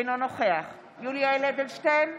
אינו נוכח יולי יואל אדלשטיין,